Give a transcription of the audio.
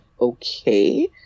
okay